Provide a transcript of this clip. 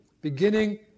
beginning